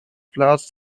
plaats